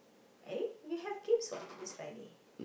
eh you have games what this Friday